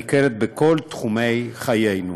ניכרת בכל תחומי חיינו,